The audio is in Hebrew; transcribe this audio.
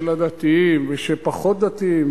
ושל הדתיים ושל פחות דתיים,